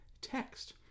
Text